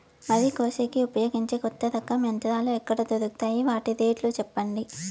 వరి కోసేకి ఉపయోగించే కొత్త రకం యంత్రాలు ఎక్కడ దొరుకుతాయి తాయి? వాటి రేట్లు చెప్పండి?